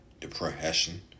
depression